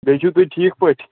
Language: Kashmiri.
بیٚیہِ چھُو تُہۍ ٹھیٖک پٲٹھۍ